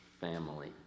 family